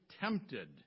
tempted